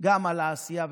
על העשייה,